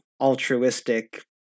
altruistic